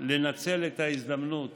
לנצל את ההזדמנות